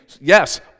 yes